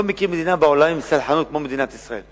לא מכיר בעולם מדינה עם סלחנות כמו מדינת ישראל.